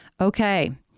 Okay